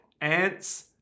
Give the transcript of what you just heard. ants